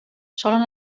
solen